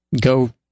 go